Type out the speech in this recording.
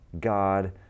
God